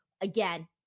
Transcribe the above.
again